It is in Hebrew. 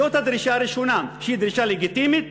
זו הדרישה הראשונה, שהיא דרישה לגיטימית,